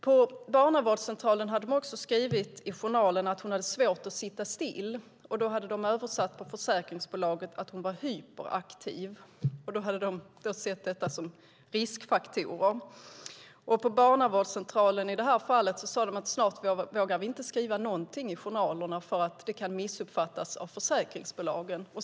På barnavårdscentralen hade de också skrivit i journalen att hon hade svårt att sitta stilla. Det hade de på försäkringsbolaget översatt till att hon var hyperaktiv. De hade sett detta som riskfaktorer. På barnavårdscentralen sade de i det här fallet att snart vågar vi inte skriva någonting i journalerna, för det kan missuppfattas av försäkringsbolagen.